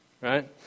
Right